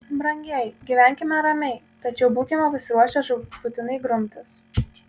brangieji gyvenkime ramiai tačiau būkime pasiruošę žūtbūtinai grumtis